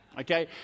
Okay